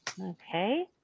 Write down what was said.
Okay